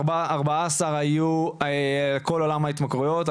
ארבעה עשר היו כל עולם ההתמכרויות,